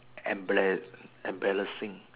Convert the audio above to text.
and ble embarrassing